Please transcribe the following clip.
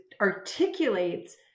articulates